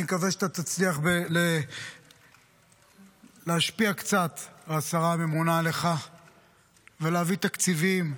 אני מקווה שתצליח להשפיע קצת על השרה הממונה עליך ולהביא תקציבים,